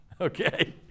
Okay